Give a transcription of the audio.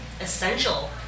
essential